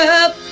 up